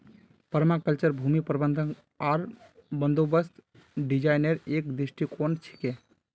permaculture भूमि प्रबंधन आर बंदोबस्त डिजाइनेर एक दृष्टिकोण छिके